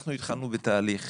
אנחנו התחלנו בתהליך.